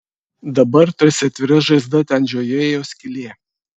dabar tarsi atvira žaizda ten žiojėjo skylė